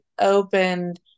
opened